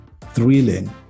thrilling